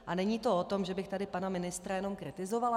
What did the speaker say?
A není to o tom, že bych tady pana ministra jenom kritizovala.